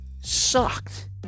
sucked